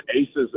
aces